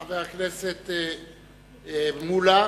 חבר הכנסת מולה.